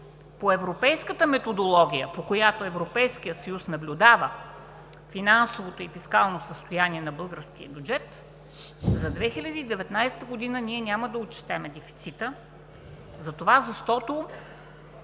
По Европейската методология, по която Европейският съюз наблюдава финансовото и фискално състояние на българския бюджет, за 2019 г., ние няма да отчетем дефицита, защото